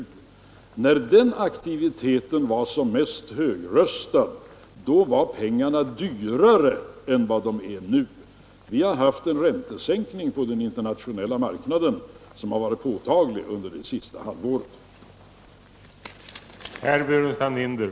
Ja, när den aktiviteten var som mest högröstad, var pengarna dyrare än de är nu. Vi har under det senaste halvåret haft en påtaglig räntesäkning på den internationella marknaden.